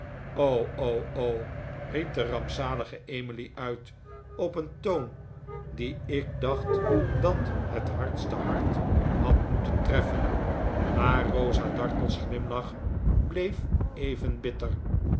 riep de rampzalige emily uit op een toon dien ik dacht dat het hardste hart had moeten treffen maar rosa dartle's glimlach bleef even bitter